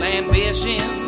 ambition